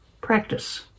Practice